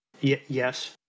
yes